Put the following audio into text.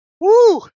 Woo